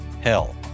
hell